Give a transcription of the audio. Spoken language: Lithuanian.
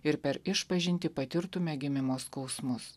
ir per išpažintį patirtume gimimo skausmus